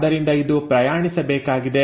ಆದ್ದರಿಂದ ಇದು ಪ್ರಯಾಣಿಸಬೇಕಾಗಿದೆ